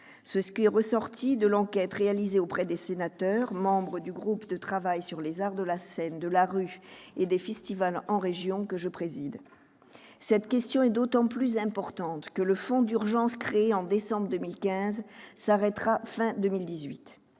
ce qui est ressorti de l'enquête réalisée auprès des sénateurs membres du groupe de travail sur les arts de la scène, de la rue et des festivals en régions, que je préside. Cette question est d'autant plus importante que le fonds d'urgence créé en décembre 2015 s'arrêtera à la